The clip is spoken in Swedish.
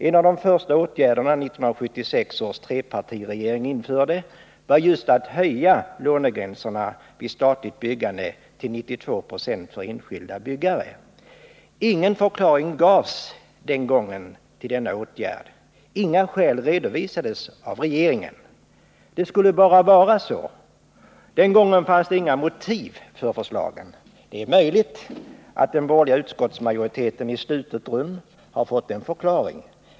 En av de första åtgärder som 1976 års trepartiregering vidtog var just att höja lånegränserna vid statligt byggande till 92 96 för enskilda byggare. Ingen förklaring gavs den gången till denna åtgärd — inga skäl redovisades av regeringen. Det skulle bara vara så. Den gången fanns det inga motiv för förslagen. Det är möjligt att den borgerliga utskottsmajoriteten i slutet rum har fått en förklaring.